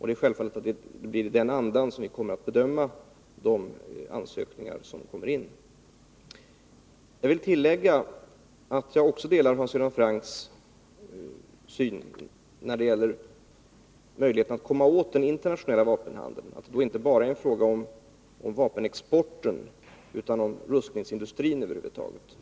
Det är självfallet i den andan vi kommer att bedöma de ansökningar som kommer in. Jag vill tillägga att jag också delar Hans Göran Francks syn när det gäller möjligheterna att komma åt den internationella vapenhandeln. Det är inte bara en fråga om vapenexporten, om rustningsindustrin över huvud taget.